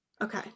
okay